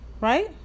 Right